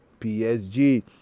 PSG